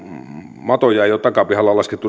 matoja ei ole takapihalla laskettavaksi